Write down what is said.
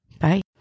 Bye